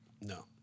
No